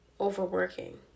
overworking